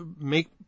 make